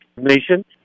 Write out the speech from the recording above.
Nation